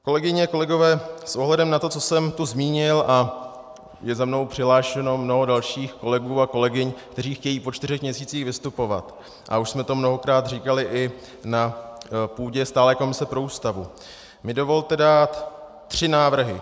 Kolegyně, kolegové, s ohledem na to, co jsem tu zmínil, a je za mnou přihlášeno mnoho dalších kolegů a kolegyň, kteří chtějí po čtyřech měsících vystupovat, a už jsme to mnohokrát říkali i na půdě stálé komise pro Ústavu, mi dovolte dát tři návrhy.